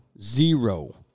zero